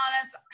honest